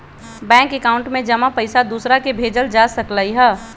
bank account में जमा पईसा दूसरा के भेजल जा सकलई ह